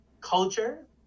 culture